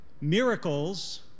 miracles